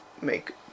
make